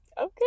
okay